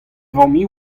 familh